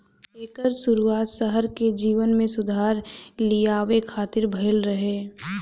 एकर शुरुआत शहर के जीवन में सुधार लियावे खातिर भइल रहे